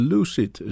Lucid